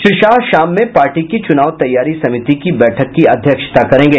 श्री शाह शाम में पार्टी की चुनाव तैयारी समिति की बैठक की अध्यक्षता करेंगे